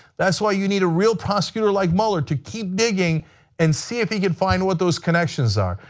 that is why you need a real prosecutor like mueller to keep digging and see if you can find what those connections are.